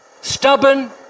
stubborn